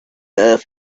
earth